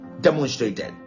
demonstrated